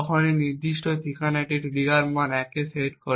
তখন এই নির্দিষ্ট ঠিকানাটি একটি ট্রিগার মান 1 এ সেট করে